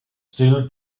still